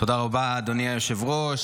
תודה רבה, אדוני היושב-ראש.